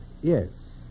Yes